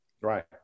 Right